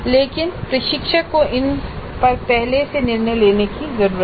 लेकिन प्रशिक्षक को इन पर पहले से निर्णय लेने की जरूरत है